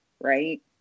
right